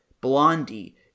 Blondie